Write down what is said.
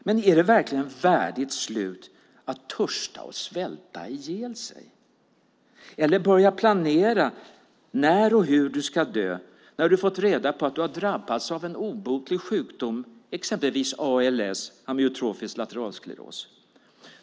Men är det verkligen ett värdigt slut att törsta och svälta ihjäl sig eller börja planera när och hur du ska dö när du har fått reda på att du har drabbats av en obotlig sjukdom, exempelvis ALS, amyotrofisk lateralskleros?